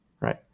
right